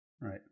Right